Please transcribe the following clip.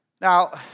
Now